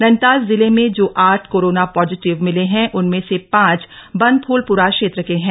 नैनीताल जिले में जो आठ कोरोना पॉजीटिव मिले हैं उनमें से पांच बनभूलपुरा क्षेत्र के हैं